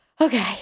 Okay